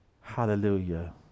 Hallelujah